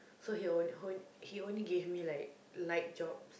so he will h~ he only gave me like light job